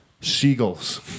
seagulls